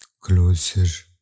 closer